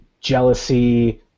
jealousy